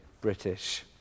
British